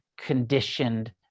conditioned